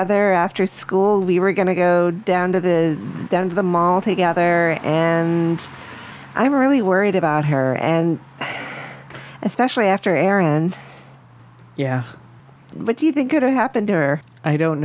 other after school we were going to go down to is down to the mall together and i'm really worried about her and especially after erin yeah what do you think it happened or i don't